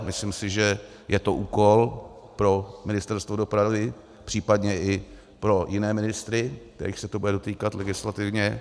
Myslím si, že to je úkol pro Ministerstvo dopravy, případně i pro jiné ministry, kterých se to bude dotýkat legislativně.